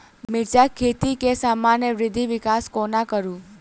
मिर्चा खेती केँ सामान्य वृद्धि विकास कोना करि?